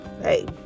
hey